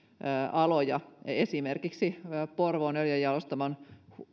aloja esimerkiksi porvoon öljynjalostamon